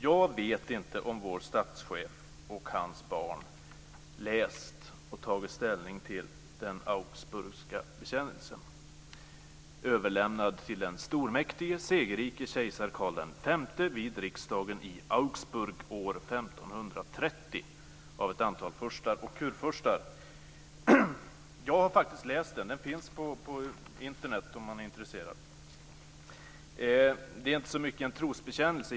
Jag vet inte om vår statschef och hans barn läst och tagit ställning till den Augsburgska bekännelsen, överlämnad till den stormäktige, segerrike kejsar Karl V vid riksdagen i Augsburg år 1530 av ett antal furstar och kurfurstar. Jag har faktiskt läst den. Den finns på Internet om man är intresserad. Det är egentligen inte så mycket en trosbekännelse.